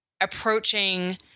approaching